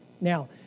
Now